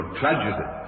tragedy